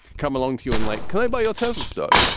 come along to you. and light colored by your tesla stock.